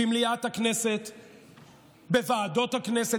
בוועדות הכנסת,